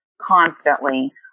constantly